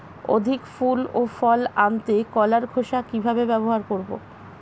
অধিক ফুল ও ফল আনতে কলার খোসা কিভাবে ব্যবহার করব?